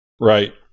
Right